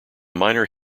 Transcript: minor